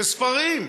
וספרים.